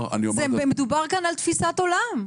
מדובר כאן על תפיסת עולם.